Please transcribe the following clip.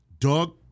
Doug